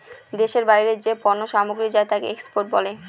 দেশের বাইরে যে পণ্য সামগ্রী যায় তাকে এক্সপোর্ট বলে